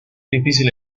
difícil